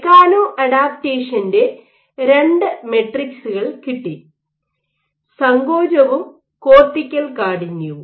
മെക്കാനോഅഡാപ്റ്റേഷന്റെ രണ്ട് മെട്രിക്സുകൾ കിട്ടി സങ്കോചവും കോർട്ടിക്കൽ കാഠിന്യവും